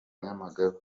nyamagabe